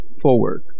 forward